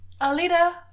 Alita